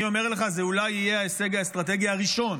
אני אומר לך, זה אולי יהיה ההישג האסטרטגי הראשון